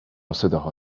صداها